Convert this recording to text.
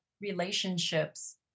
relationships